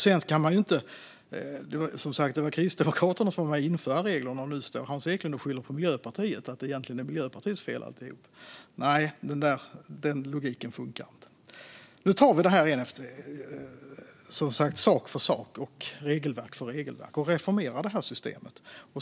Det var som sagt Kristdemokraterna som var med och införde reglerna, och nu står Hans Eklind och skyller på Miljöpartiet och säger att det egentligen är deras fel alltihop. Nej, den logiken funkar inte. Nu tar vi det här sak för sak och regelverk för regelverk och reformerar systemet.